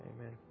Amen